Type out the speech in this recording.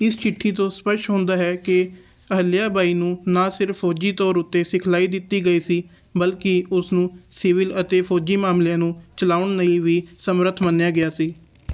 ਇਸ ਚਿੱਠੀ ਤੋਂ ਸਪਸ਼ਟ ਹੁੰਦਾ ਹੈ ਕਿ ਅਹਿਲਯਾ ਬਾਈ ਨੂੰ ਨਾ ਸਿਰਫ ਫੌਜੀ ਤੌਰ ਉੱਤੇ ਸਿਖਲਾਈ ਦਿੱਤੀ ਗਈ ਸੀ ਬਲਕਿ ਉਸ ਨੂੰ ਸਿਵਲ ਅਤੇ ਫੌਜੀ ਮਾਮਲਿਆਂ ਨੂੰ ਚਲਾਉਣ ਲਈ ਵੀ ਸਮਰੱਥ ਮੰਨਿਆ ਗਿਆ ਸੀ